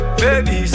baby